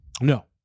no